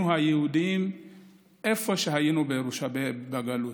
היהודיים בכל מקום שבו היינו בגלות.